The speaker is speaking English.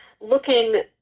looking